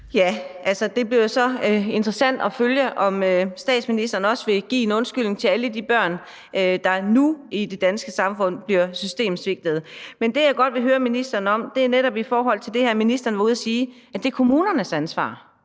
(DF): Det bliver jo så interessant at følge, om statsministeren også vil give en undskyldning til alle de børn, der nu i det danske samfund bliver systemsvigtet. Men det, jeg godt vil høre ministeren om, er netop i forhold til det, ministeren var ude at sige, altså at det er kommunernes ansvar.